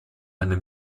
eine